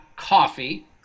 coffee